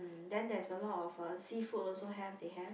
um then there's a lot of uh seafood also have they have